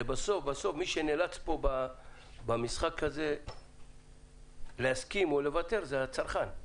ובסוף מי שנאלץ במשחק הזה להסכים או לוותר זה הצרכן.